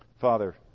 Father